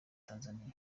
tanzaniya